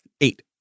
Eight